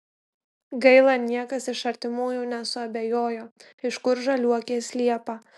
gaila niekas iš artimųjų nesuabejojo iš kur žaliuokės liepą